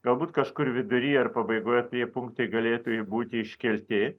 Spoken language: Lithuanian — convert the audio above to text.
galbūt kažkur vidury ar pabaigoje tie punktai galėtų būti iškelti